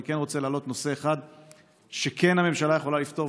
אני כן רוצה להעלות נושא אחד שהממשלה כן יכולה לפתור,